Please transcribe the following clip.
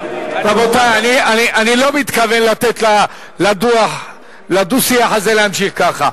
רבותי, אני לא מתכוון לתת לדו-שיח הזה להמשיך ככה.